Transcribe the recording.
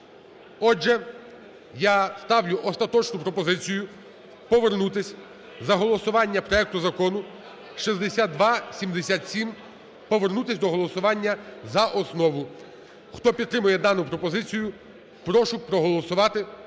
Отже, я ставлю остаточну пропозицію, повернутися за голосування проекту закону 6277, повернутися до голосування за основу. Хто підтримує дану пропозицію, прошу проголосувати,